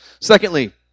Secondly